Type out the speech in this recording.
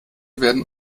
werden